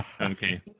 okay